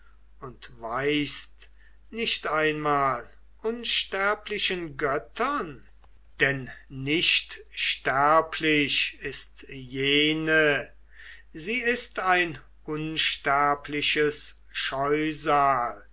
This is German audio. und weichst nicht einmal unsterblichen göttern denn nicht sterblich ist jene sie ist ein unsterbliches scheusal